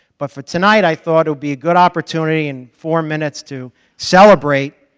but for tonight i thought it would be a good opportunity in four minutes to celebrate